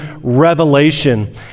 Revelation